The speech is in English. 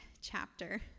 chapter